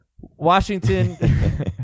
Washington